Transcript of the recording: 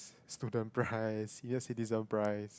student price senior citizen price